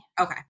Okay